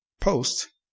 post